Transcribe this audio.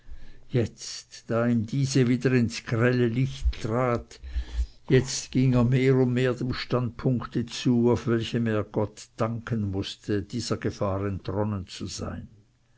jetzt da ihm diese wieder ins grelle licht trat jetzt ging er mehr und mehr dem standpunkt zu auf welchem er gott danken mußte dieser gefahr entronnen zu sein